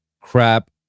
crap